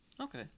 okay